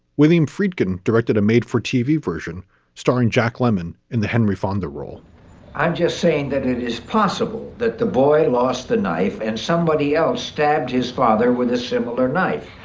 william friedkin directed a made for tv version starring jack lemmon in the henry fonda role i'm just saying that it is possible that the boy lost the knife and somebody else stabbed his father with a similar knife.